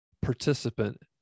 participant